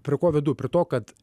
prie ko vedu prie to kad